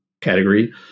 category